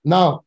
Now